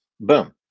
Boom